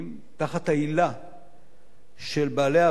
תחת ההילה של בעלי ההבנה,